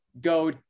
go